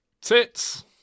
tits